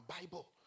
Bible